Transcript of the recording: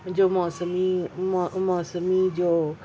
جو موسمی موسمی جو